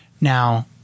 Now